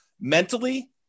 mentally